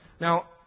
Now